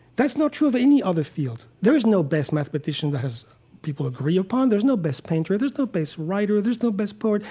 that's not true of any other field. there is no best mathematician that people agree upon. there's no best painter. there's no best writer. there's no best poet.